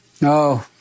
No